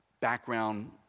background